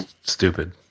stupid